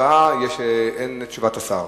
אין תשובת שר